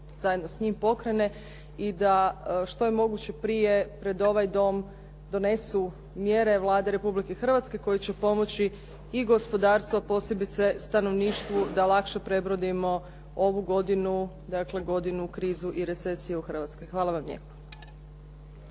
i da je što je moguće prije pred ovaj dom donesu mjere Vlade Republike Hrvatske koje će pomoći i gospodarstvu, a posebice stanovništvu da lakše prebrodimo ovu godinu, dakle godinu krize i recesije u Hrvatskoj. Hvala vam lijepo.